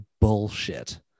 bullshit